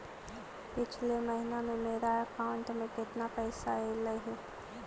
पिछले महिना में मेरा अकाउंट में केतना पैसा अइलेय हे?